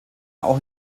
auch